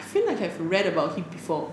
feel like I have read about him before